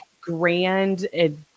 grand